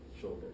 shoulder